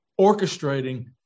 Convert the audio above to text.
orchestrating